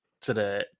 today